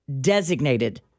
designated